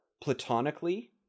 platonically